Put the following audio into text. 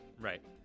right